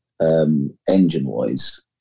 engine-wise